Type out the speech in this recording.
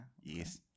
Yes